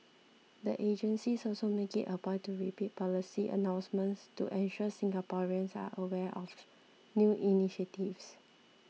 the agencies also make it a point to repeat policy announcements to ensure Singaporeans are aware of new initiatives